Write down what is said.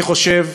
אני חושב